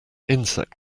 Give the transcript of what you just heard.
insect